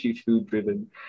food-driven